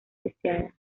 deseada